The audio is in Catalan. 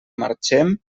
marxem